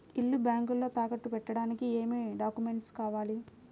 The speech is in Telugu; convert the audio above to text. ఇల్లు బ్యాంకులో తాకట్టు పెట్టడానికి ఏమి డాక్యూమెంట్స్ కావాలి?